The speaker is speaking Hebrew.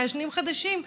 במעשנים חדשים,